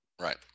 Right